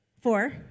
Four